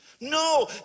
No